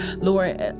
Lord